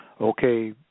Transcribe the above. okay